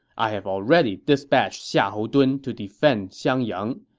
i have already dispatched xiahou dun to defend xiangyang.